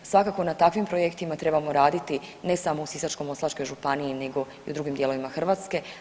Svakako na takvim projektima trebamo raditi ne samo u Sisačko-moslavačkoj županiji nego i u drugim dijelovima Hrvatske.